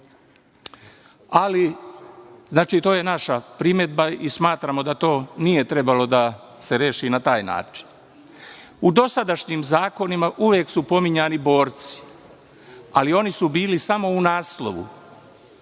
prava. Znači, to je naša primedba i smatramo da to nije trebalo da se reši na taj način. U dosadašnjim zakonima uvek su pominjani borci, ali oni su bili samo u naslovu